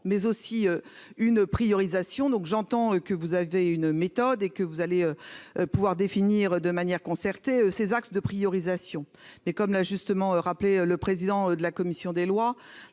mais aussi une priorisation donc j'entends que vous avez une méthode et que vous allez pouvoir définir de manière concertée, ces axes de priorisation, mais comme l'a justement rappelé le président de la commission des lois